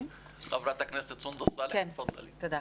חברת הכנסת סונדוס סאלח, בבקשה.